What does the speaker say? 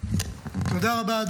תודה רבה.